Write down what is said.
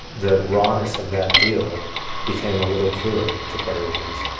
the rawness of that deal became a little clearer to puerto ricans